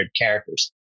characters